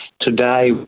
Today